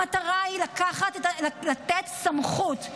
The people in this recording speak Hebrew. המטרה היא לתת סמכות.